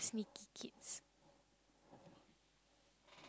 sneaky kids